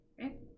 right